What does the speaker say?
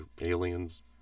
aliens